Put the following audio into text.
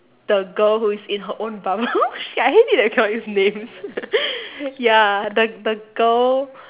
the girl who is in her own bubble shit I hate it that I cannot use names ya the the girl